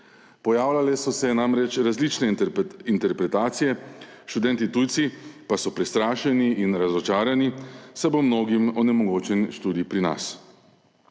Pojavljale so se namreč različne interpretacije, študenti tujci pa so prestrašeni in razočarani, saj bo mnogim onemogočen študij pri nas.